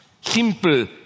simple